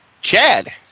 Chad